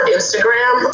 Instagram